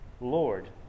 Lord